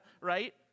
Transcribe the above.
right